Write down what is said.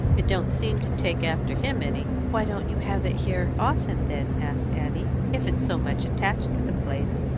it don't seem to take after him any. why don't you have it here often, then, asked annie, if it's so much attached to the place?